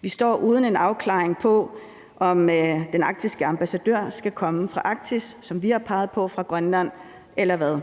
Vi står uden en afklaring på, om den arktiske ambassadør skal komme fra Arktis, som vi fra Grønlands side har